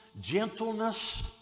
gentleness